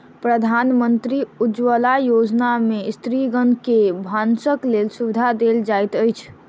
प्रधानमंत्री उज्ज्वला योजना में स्त्रीगण के भानसक लेल सुविधा देल जाइत अछि